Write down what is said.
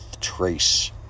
Trace